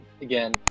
again